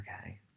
okay